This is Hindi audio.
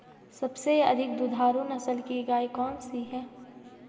सबसे अधिक दुधारू नस्ल की गाय कौन सी है?